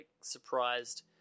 surprised